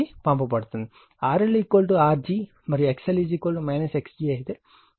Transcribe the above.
RL R g మరియు XL X g అయితే గరిష్ట శక్తి లోడ్కి పంపబడుతుంది